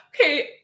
okay